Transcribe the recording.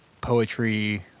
poetry